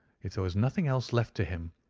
if there was nothing else left to him,